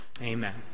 Amen